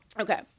Okay